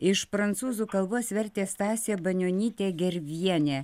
iš prancūzų kalbos vertė stasė banionytė gervienė